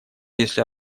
если